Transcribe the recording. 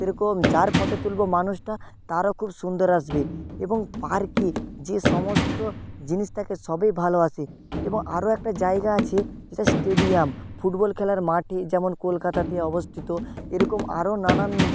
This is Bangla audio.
সেরকম যার ফটো তুলবো মানুষটা তারও খুব সুন্দর আসবে এবং পার্কে যে সমস্ত জিনিস থাকে সবই ভালো আসে এবং আরও একটা জায়গা আছে যেটা স্টেডিয়াম ফুটবল খেলার মাঠে যেমন কলকাতাতে অবস্থিত এরকম আরও নানান